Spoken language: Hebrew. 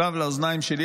לאוזניים שלי,